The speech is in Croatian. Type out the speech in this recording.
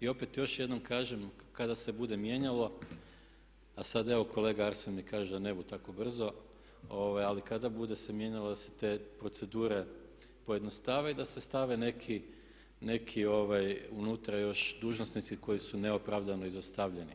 I opet još jednom kažem kada se bude mijenjalo, a sad evo kolega Arsen mi kaže da ne bu tako brzo, ali kada bude se mijenjalo da se te procedure pojednostave i da se stave neki unutra još dužnosnici koji su neopravdano izostavljeni,